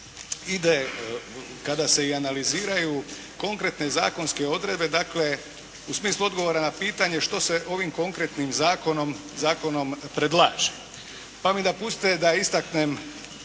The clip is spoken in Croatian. ide kada se i analiziraju konkretne zakonske odredbe, dakle u smislu odgovora na pitanje što se ovim konkretnim zakonom predlaže. Pa mi dopustite da istaknem